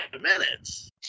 minutes